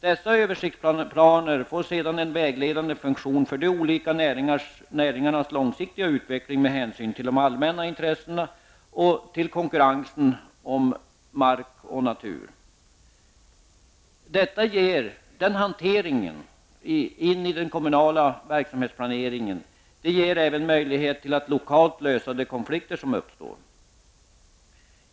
Dessa översiktsplaner får sedan en vägledande funktion för de olika näringarnas långsiktiga utveckling med hänsyn till de allmänna intressena och till konkurrensen om mark och natur. Överföringen till den kommunala verksamhetsplanen ger även möjlighet att lokalt lösa de konflikter som uppstår.